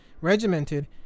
regimented